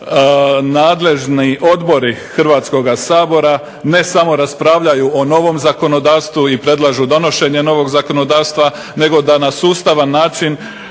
nadležni odbori Hrvatskog sabora, ne samo raspravljaju o novom zakonodavstvu i predlažu donošenje novog zakonodavstva nego da na sustavan način